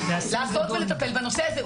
לעשות ולטפל בנושא הזה.